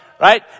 right